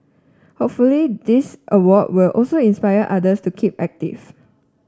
hopefully this award will also inspire others to keep active